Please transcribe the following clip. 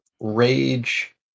rage